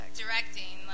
directing